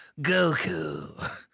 Goku